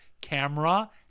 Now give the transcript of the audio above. camera